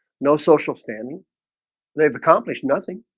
no social standing they've accomplished nothing